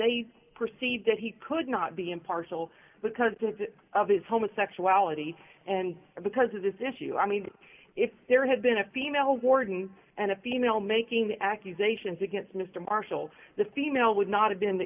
they perceived that he could not be impartial because of his homosexuality and because of this issue i mean if there had been a female warden and a female making accusations against mr marshall the female would not have been